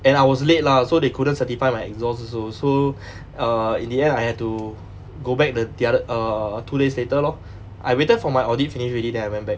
and I was late lah so they couldn't satisfy my exhaust also so err in the end I had to go back the the other err two days later lor I waited for my audit finish already then I went back